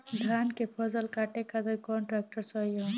धान के फसल काटे खातिर कौन ट्रैक्टर सही ह?